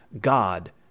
God